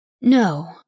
No